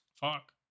fuck